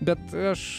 bet aš